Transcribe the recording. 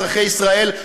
אזרחי ישראל,